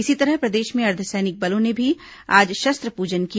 इसी तरह प्रदेश में अर्द्वसैनिक बलों ने भी आज शस्त्र पूजन किया